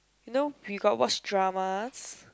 you know we got watch dramas